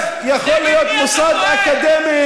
נגד מי אתה פועל,